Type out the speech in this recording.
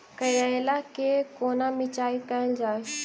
करैला केँ कोना सिचाई कैल जाइ?